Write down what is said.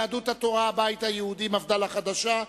יהדות התורה והבית היהודי, מפד"ל החדשה.